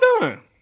done